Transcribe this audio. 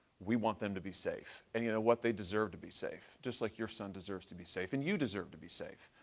we want them to be safe. and you know what, they deserve to be safe just like your son deserves to be safe and you deserve to be safe.